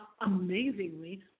amazingly